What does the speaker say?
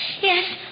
Yes